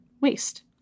waste